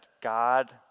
God